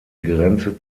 grenze